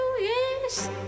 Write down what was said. yes